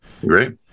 Great